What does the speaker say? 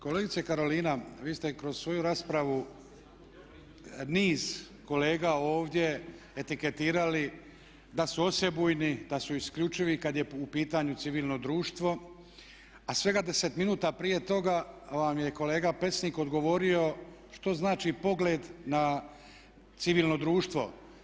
Kolegice Karolina, vi ste kroz svoju raspravu niz kolega ovdje etiketirali da su osebujni, da su isključivi kad je u pitanju civilno društvo, a svega deset minuta prije toga vam je kolega Pecnik odgovorio što znači pogled na civilno društvo.